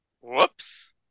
Whoops